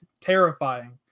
terrifying